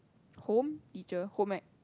home teacher home ec